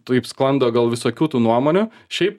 taip sklando gal visokių tų nuomonių šiaip